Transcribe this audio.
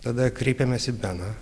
tada kreipėmės į beną